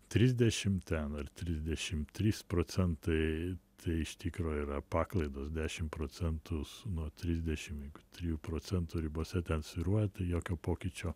trisdešimt ten ar trisdešimt trys procentai tai iš tikro yra paklaidos dešim procentų su nuo trisdešim jeigu trijų procentų ribose ten svyruoja tai jokio pokyčio